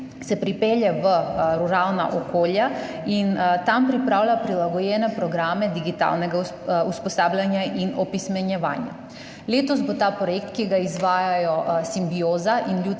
se pripelje v ruralna okolja in tam pripravlja prilagojene programe digitalnega usposabljanja in opismenjevanja. Letos bo ta projekt, ki ga izvajajta Simbioza in Ljudska